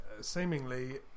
seemingly